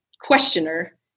questioner